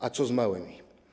A co z małymi?